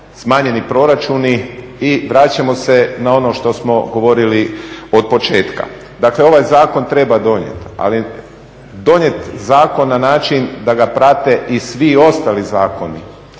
smanjeni proračuni i vraćamo se na ono što smo govorili od početka. Dakle ovaj zakon treba donijeti ali donijet zakon na način da ga prate i svi ostali zakoni,